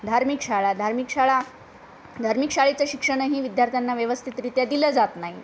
धार्मिक शाळा धार्मिक शाळा धार्मिक शाळेचं शिक्षणही विद्यार्थ्यांना व्यवस्थितरीत्या दिलं जात नाही